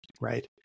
Right